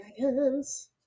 Dragons